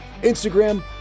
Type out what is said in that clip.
Instagram